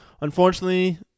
unfortunately